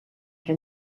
que